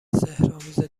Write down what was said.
سحرآمیز